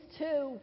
two